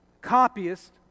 copyist